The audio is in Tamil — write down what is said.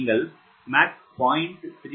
நீங்கள் மாக் 0